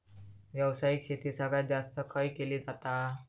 व्यावसायिक शेती सगळ्यात जास्त खय केली जाता?